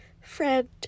friend